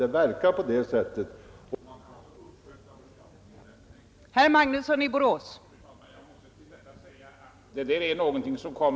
Det verkar så, och man kan alltså på det sättet uppskjuta beskattningen.